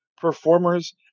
performers